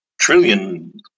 trillion